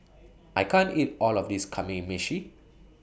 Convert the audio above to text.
I can't eat All of This Kamameshi